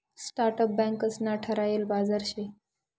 startup banks ना ठरायल बाजार शे